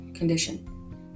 condition